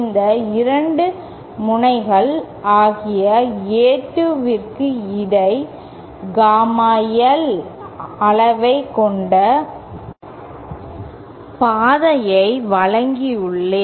இந்த இரண்டு முனைகள் ஆகிய A2 விற்கு எடை காமா L அளவைக் கொண்ட பாதையை வழங்கியுள்ளேன்